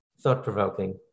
thought-provoking